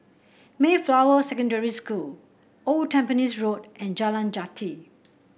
Mayflower Secondary School Old Tampines Road and Jalan Jati